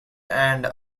and